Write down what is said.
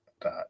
dot